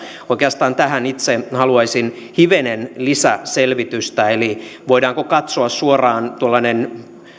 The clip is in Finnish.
oikeastaan tähän itse haluaisin hivenen lisäselvitystä eli voidaanko katsoa suoraan tuollainen